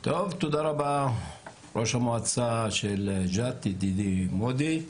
תודה רבה ראש מועצת יאנוח ג'ת ידידי מודי,